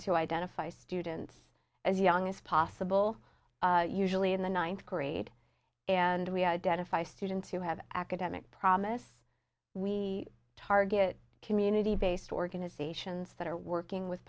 to identify students as young as possible usually in the ninth grade and we identify students who have academic promise we target community based organizations that are working with